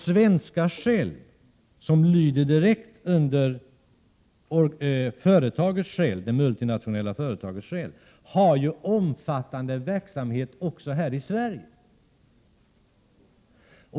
Svenska Shell som lyder direkt under den multinationella Shellgruppen har omfattande verksamhet också här i Sverige.